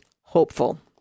hopeful